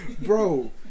Bro